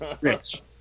Rich